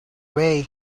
way